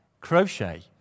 crochet